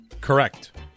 Correct